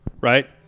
right